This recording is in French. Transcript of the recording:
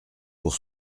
pour